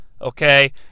Okay